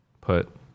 put